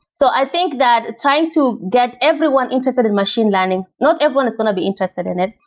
so i think that trying to get everyone interested in machine learning, not everyone is going to be interested in it.